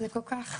זה כל כך